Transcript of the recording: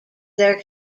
there